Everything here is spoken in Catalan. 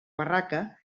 barraca